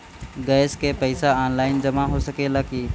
Gas के पइसा online जमा हो सकेला की?